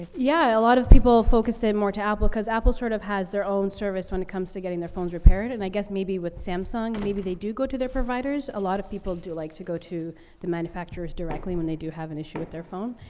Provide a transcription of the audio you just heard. yeah, a lot of people focused it more to apple cause apple sort of has their own service when it comes to getting their phones repaired. and, i guess, maybe with samsung, maybe they do go to their providers. a lot of people do like to go to the manufacturers directly when they do have an issue with their phone.